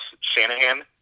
Shanahan